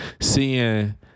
seeing